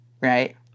right